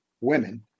women